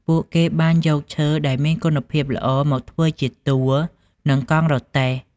ពួកគេបានយកឈើដែលមានគុណភាពល្អមកធ្វើជាតួនិងកង់រទេះ។